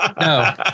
no